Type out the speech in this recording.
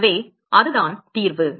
எனவே அதுதான் தீர்வு